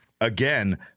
again